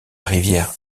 rivière